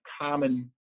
common